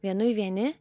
vienui vieni